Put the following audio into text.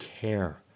care